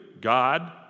God